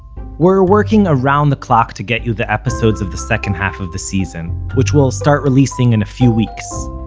we're working around the clock to get you the episodes of the second half of the season, which we'll start releasing in a few weeks.